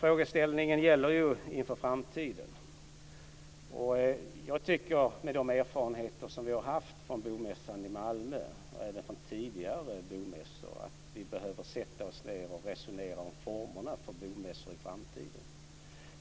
Frågeställningen gäller ju framtiden. Jag tycker, med de erfarenheter som vi har haft från bomässan i Malmö och från tidigare bomässor, att vi behöver sätta oss ned och resonera om formerna för bomässor i framtiden.